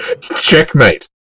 checkmate